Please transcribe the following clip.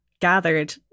gathered